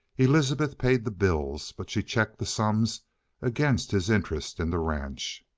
elizabeth paid the bills, but she checked the sums against his interest in the ranch.